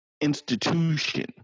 institution